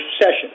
session